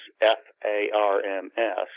F-A-R-M-S